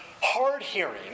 hard-hearing